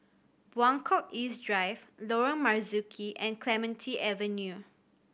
Buangkok East Drive Lorong Marzuki and Clementi Avenue